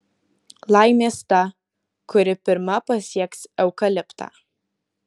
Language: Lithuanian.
laimės ta kuri pirma pasieks eukaliptą